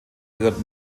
gehört